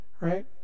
right